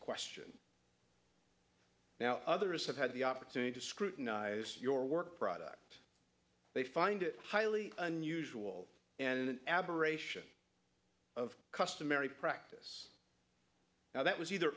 question now others have had the opportunity to scrutinize your work product they find it highly unusual and an aberration of customary practice now that was either